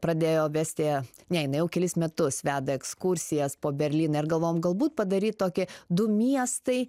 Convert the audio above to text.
pradėjo vesti ne jinai jau kelis metus veda ekskursijas po berlyną ir galvojom galbūt padaryt tokį du miestai